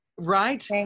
right